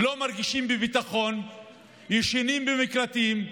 לא מרגישים ביטחון, ישנים במקלטים,